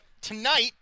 Tonight